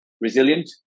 resilient